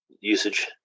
usage